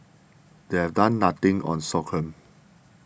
they're done nothing on sorghum